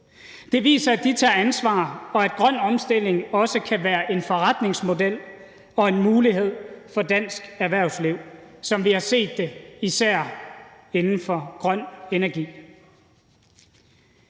Det viser, at de tager ansvar, og at grøn omstilling også kan være en forretningsmodel og en mulighed for dansk erhvervsliv, som vi har set det især inden for grøn energi.